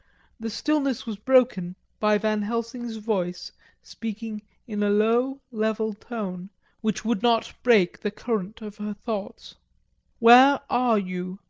the stillness was broken by van helsing's voice speaking in a low level tone which would not break the current of her thoughts where are you?